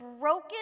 broken